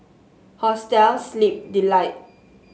Hostel Sleep Delight